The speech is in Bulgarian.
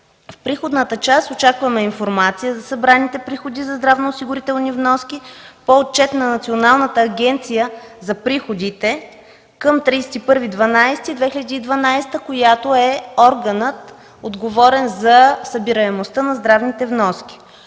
В приходната част очакваме информация за събраните приходи за здравноосигурителни вноски по отчета на Националната агенция за приходите към 31 декември 2012 г., която е органът, отговорен за събираемостта на здравните вноски.